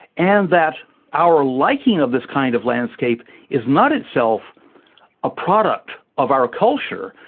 and that our liking of this kind of landscape is not itself a product of our culture,